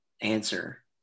answer